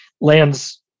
Lands